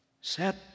Set